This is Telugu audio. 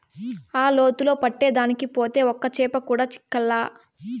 ఆ లోతులో పట్టేదానికి పోతే ఒక్క చేప కూడా చిక్కలా